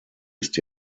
ist